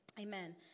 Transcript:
Amen